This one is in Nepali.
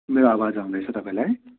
मेरो आवाज आउँदैछ तपाईँलाई